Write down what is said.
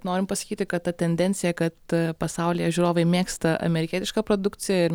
norim pasakyti kad ta tendencija kad pasaulyje žiūrovai mėgsta amerikietišką produkciją ir